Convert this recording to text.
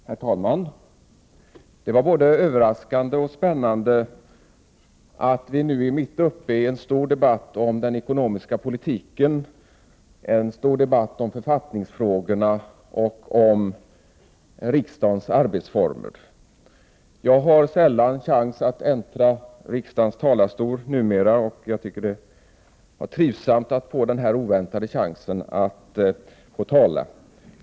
Herr talman! Det var både överraskande och spännande att vi nu är mitt uppe i en stor debatt om den ekonomiska politiken, om författningsfrågorna och om riksdagens arbetsformer. Jag har numera sällan tillfälle att äntra riksdagens talarstol och tycker att det var trivsamt att få denna oväntade chans att tala.